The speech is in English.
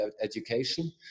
Education